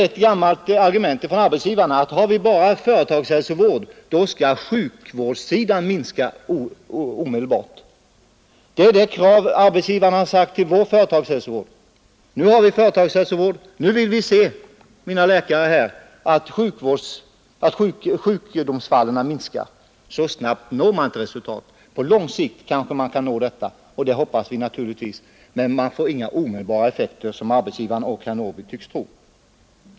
Ett gammalt argument från arbetsgivarna är att om vi bara har företagshälsovård skall kostnaderna på sjukvårdssidan minska omedelbart. Det är det krav arbetsgivarna framfört i vår företagshälsovård. Nu har vi företagshälsovård, nu vill vi också se att sjukdomsfallen minskar, hävdar arbetsgivarna. Men så snabbt når man inte resultat. På lång sikt kanske man kan nå detta, och det hoppas vi naturligtvis, men man får inga omedelbara effekter som arbetsgivarna och herr Norrby tycks tro.